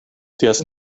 ties